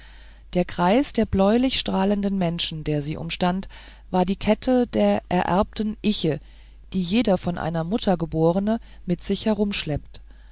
der kreis der bläulich strahlenden menschen der sie umstand war die kette der ererbten iche die jeder von einer mutter geborene mit sich